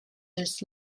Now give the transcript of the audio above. this